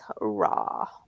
raw